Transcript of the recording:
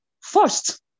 first